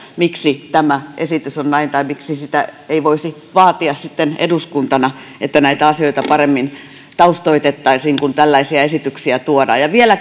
miksi tämä esitys on näin ja miksi ei voisi vaatia sitten eduskuntana että näitä asioita paremmin taustoitettaisiin kun tällaisia esityksiä tuodaan ja vielä